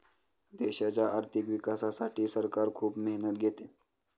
देशाच्या आर्थिक विकासासाठी सरकार खूप मेहनत घेते